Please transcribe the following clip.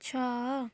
ଛଅ